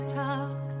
talk